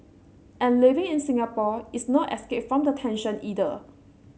and living in Singapore is no escape from the tension either